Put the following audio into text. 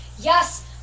yes